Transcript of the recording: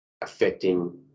affecting